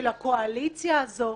של הקואליציה הזאת,